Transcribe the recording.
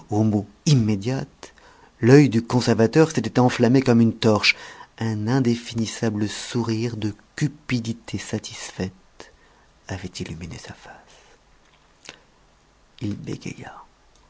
immédiate l'œil du conservateur s'était enflammé comme une torche un indéfinissable sourire de cupidité satisfaite avait illuminé sa face il bégaya